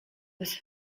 was